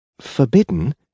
Forbidden